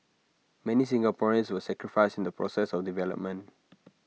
many Singaporeans were sacrificed in the process of development